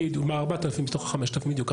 ב-4,000 מתוך ה-5,000, בדיוק.